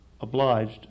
obliged